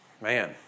Man